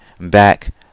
back